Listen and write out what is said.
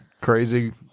crazy